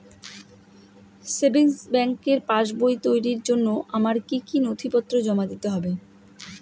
Savings ব্যাংকের পাসবই তৈরির জন্য আমার কি কি নথিপত্র জমা দিতে হবে?